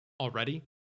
already